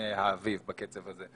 האביב בקצב הזה.